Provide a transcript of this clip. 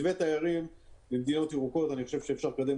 מתווה תיירים ממדינות ירוקות אפשר לקדם